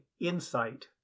insight